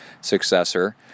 successor